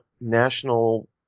national